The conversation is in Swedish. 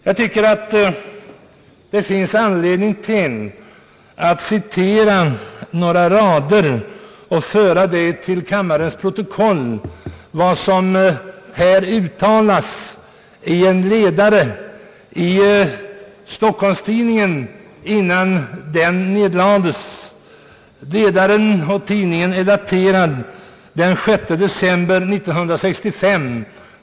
Jag tycker att det finns anledning att föra till kammarens protokoll vad som skrevs i en ledare i Stockholms-Tidningen innan den nedlades. Ledaren är daterad den 6 december 1965.